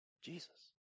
Jesus